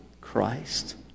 Christ